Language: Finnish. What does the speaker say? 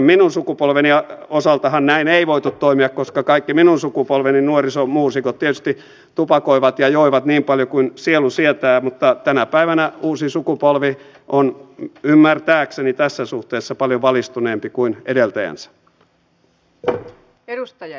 minun sukupolveni osaltahan näin ei voitu toimia koska kaikki minun sukupolveni nuorisomuusikot tietysti tupakoivat ja joivat niin paljon kuin sielu sietää mutta tänä päivänä uusi sukupolvi on ymmärtääkseni tässä suhteessa paljon valistuneempi kuin edeltäjänsä